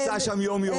אני נמצא שם יום יום.